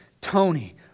Tony